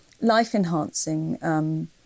life-enhancing